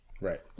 right